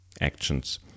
actions